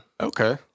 Okay